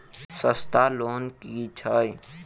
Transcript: सस्ता लोन केँ छैक